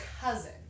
cousin